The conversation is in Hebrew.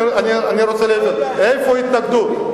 אני רוצה להבין, איפה ההתנגדות?